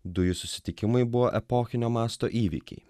du jų susitikimai buvo epochinio masto įvykiai